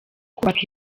kubaka